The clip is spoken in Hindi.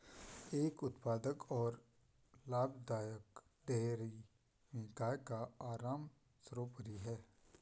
एक उत्पादक और लाभदायक डेयरी में गाय का आराम सर्वोपरि है